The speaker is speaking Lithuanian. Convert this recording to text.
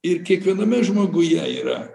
ir kiekviename žmoguje yra